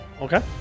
Okay